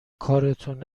کارتون